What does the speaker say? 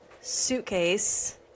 suitcase